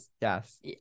Yes